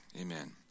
Amen